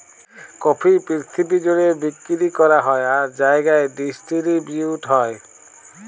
coffee পিরথিবি জ্যুড়ে বিক্কিরি ক্যরা হ্যয় আর জায়গায় ডিসটিরিবিউট হ্যয়